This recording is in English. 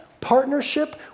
partnership